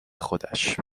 خودش